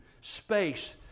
space